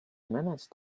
manage